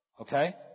Okay